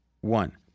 one